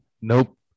nope